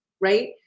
right